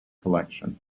collection